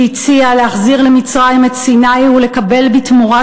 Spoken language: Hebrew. שהציע להחזיר למצרים את סיני ולקבל בתמורה